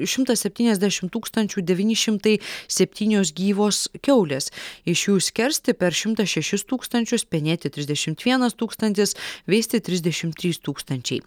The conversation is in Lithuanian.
šimtas septyniasdešim tūkstančių devyni šimtai septynios gyvos kiaulės iš jų išskersti per šimtas šešis tūkstančius penėti trisdešimt vienas tūkstantis veisti trisdešim trys tūkstančiai